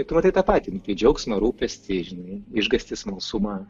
bet rodei tą patį nu tai džiaugsmą rūpestį žinai išgąstį smalsumą